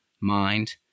mind